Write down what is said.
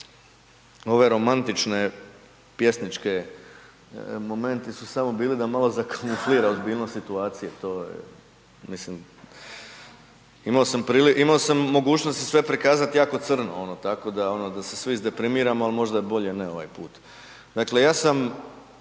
ove romantične pjesničke momenti su samo bili da malo zakamuflira ozbiljnost situacije, to je, mislim. Imao sam prilike, imao sam mogućnost sve prikazati jako crno ono tako da se svi izdeprimiramo, ali možda bolje ne ovaj put.